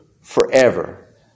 forever